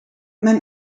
mijn